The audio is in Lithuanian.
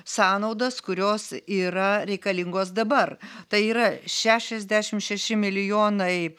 sąnaudas kurios yra reikalingos dabar tai yra šešiasdešim šeši milijonai